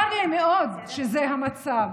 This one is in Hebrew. צר לי מאוד שזה המצב.